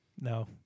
No